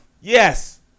Yes